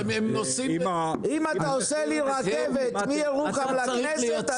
אם אתה עושה לי רכבת מירוחם לכנסת אני בא.